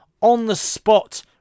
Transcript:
on-the-spot